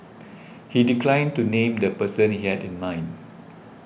he declined to name the person he had in mind